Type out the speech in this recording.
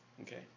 Okay